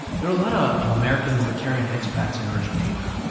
there are a lot of american libertarian expats in argentina.